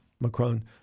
Macron